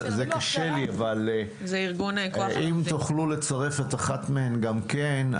אבל אם תוכלו לצרף את אחת מהן גם כן,